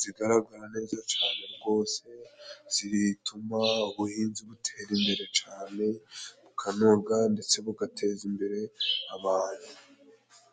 zigaragara neza cane rwose, zirituma ubuhinzi butera imbere cane, bukanoga ndetse bugateza imbere abantu.